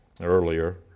Earlier